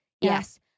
Yes